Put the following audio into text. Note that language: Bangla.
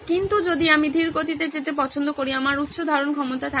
কিন্তু যদি আমি ধীর গতিতে যেতে পছন্দ করি আমার উচ্চ ধারণ ক্ষমতা থাকবে